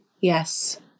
Yes